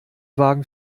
wagen